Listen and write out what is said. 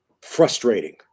Frustrating